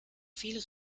viel